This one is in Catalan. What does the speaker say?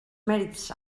mèrits